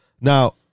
Now